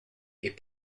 est